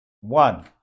One